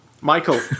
Michael